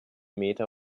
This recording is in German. meter